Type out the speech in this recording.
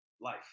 life